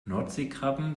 nordseekrabben